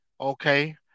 okay